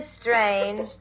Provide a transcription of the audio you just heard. strange